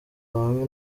bamwe